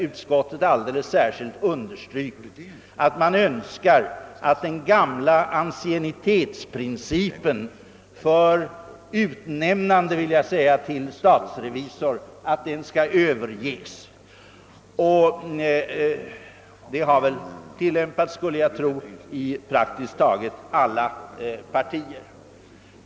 Utskottet har framför allt understrukit, att man helst ser att den gamla anciennitetsprincipen vid utnämnande av statsrevisor överges. Ett sådant tillvägagångssätt har väl också tillämpats i praktiskt taget alla partier.